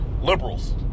Liberals